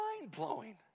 mind-blowing